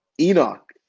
Enoch